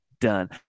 done